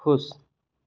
ख़ुश